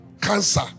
cancer